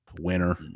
winner